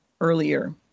earlier